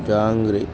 jangri